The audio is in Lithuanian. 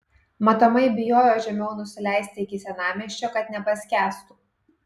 matomai bijojo žemiau nusileisti iki senamiesčio kad nepaskęstų